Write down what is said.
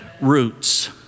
roots